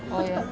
oh ya